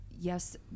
yes